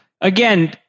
again